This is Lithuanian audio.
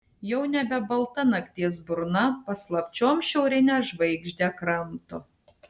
jau nebe balta nakties burna paslapčiom šiaurinę žvaigždę kramto